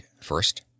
First